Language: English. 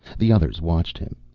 the others watched him.